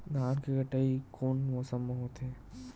धान के कटाई कोन मौसम मा होथे?